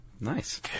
Nice